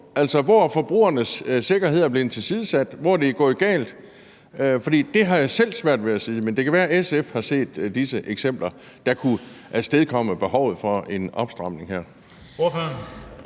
altså hvor forbrugernes sikkerhed er blevet tilsidesat, og hvor det er gået galt? For det har jeg selv svært ved at se. Men det kan være, at SF har set disse eksempler, der kunne afstedkomme behovet for en opstramning her.